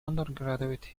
undergraduate